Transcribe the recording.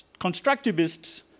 constructivists